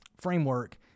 framework